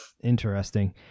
Interesting